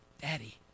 daddy